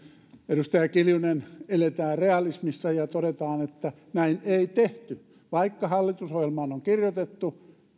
edustaja kiljunen eletään realismissa ja todetaan että näin ei tehty vaikka hallitusohjelmaan on kirjoitettu